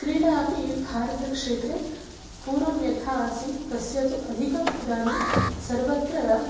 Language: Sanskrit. क्रीडापि भारतक्षेत्रे पूर्वं यथा आसीत् तस्य तु अधिकम् इदानीं सर्वत्र